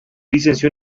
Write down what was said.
licenció